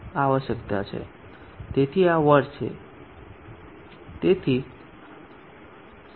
તેથી આ વોટ છે તેથી σg